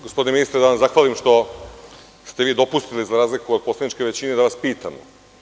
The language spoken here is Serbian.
Gospodine ministre, da vam zahvalim što ste vi dopustili, za razliku od poslaničke većine, da vas pitam.